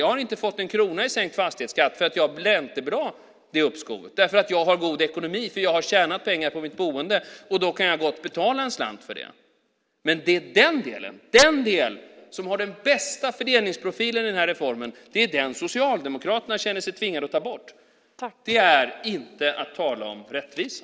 Jag har inte fått en krona i sänkt fastighetsskatt för att jag räntebelade det uppskovet. Jag har god ekonomi och har tjänat pengar på mitt boende. Då kan jag gott betala en slant för det. Men det är den del som har den bästa fördelningsprofilen i den här reformen som Socialdemokraterna känner sig tvingade att ta bort. Det är inte att tala om rättvisa.